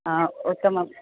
उत्तमम्